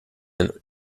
and